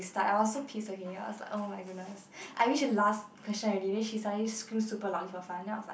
like I was so pissed okay I was like oh-my-goodness I reached the last question then she suddenly screamed super loudly for fun then I was like